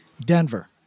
Denver